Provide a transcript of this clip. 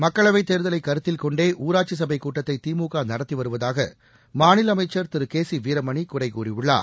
மக்களவைத் தேர்தலை கருத்தில்கொண்டே ஊராட்சி சபை கூட்டத்தை திமுக நடத்திவருவதாக மாநில அமைச்சர் திரு கே சி வீரமணி குறை கூறியுள்ளார்